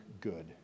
good